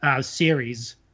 series